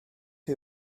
chi